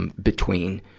and between,